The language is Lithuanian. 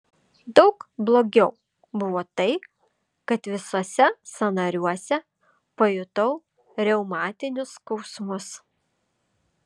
daug blogiau buvo tai kad visuose sąnariuose pajutau reumatinius skausmus